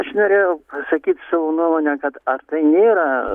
aš norėjau pasakyt savo nuomonę kad ar tai nėra